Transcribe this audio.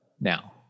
now